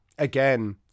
Again